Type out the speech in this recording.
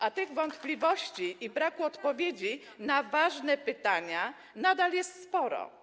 A tych wątpliwości i braku odpowiedzi na ważne pytania nadal jest sporo.